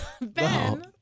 Ben